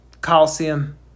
Coliseum